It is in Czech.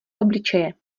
obličeje